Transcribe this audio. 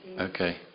Okay